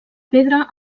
pedra